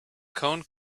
cone